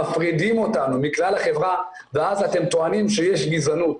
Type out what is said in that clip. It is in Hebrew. מפרידים אותנו מכלל החברה ואז אתם טוענים שיש גזענות.